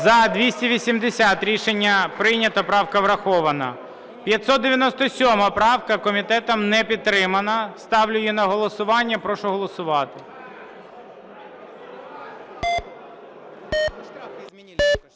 За-280 Рішення прийнято. Правка врахована. 597 правка. Комітетом не підтримана. Ставлю її на голосування, прошу голосувати.